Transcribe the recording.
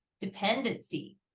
dependency